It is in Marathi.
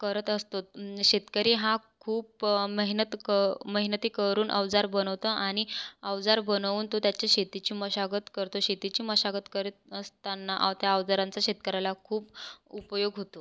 करत असतो शेतकरी हा खूप मेहनत क मेहनती करून अवजार बनवतो आणि अवजार बनवून तो त्याच्या शेतीची मशागत करतो शेतीची मशागत करत असताना अव त्या अवजारांचा शेतकऱ्याला खूप उपयोग होतो